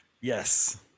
Yes